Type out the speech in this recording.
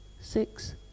six